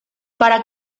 para